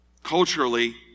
Culturally